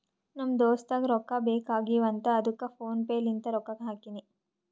ನಮ್ ದೋಸ್ತುಗ್ ರೊಕ್ಕಾ ಬೇಕ್ ಆಗೀವ್ ಅಂತ್ ಅದ್ದುಕ್ ಫೋನ್ ಪೇ ಲಿಂತ್ ರೊಕ್ಕಾ ಹಾಕಿನಿ